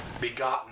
Begotten